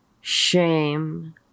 shame